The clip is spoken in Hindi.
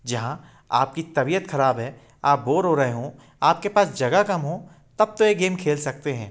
जहाँ आप की तबियत ख़राब है आप बोर हो रहे हों आप के पास जगह कम हो तब तो ये गेम खेल सकते हैं